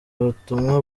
ubutumwa